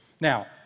Now